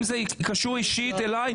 אם זה קשור אישית אלי,